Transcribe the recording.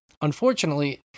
unfortunately